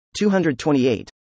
228